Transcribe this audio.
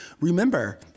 Remember